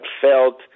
felt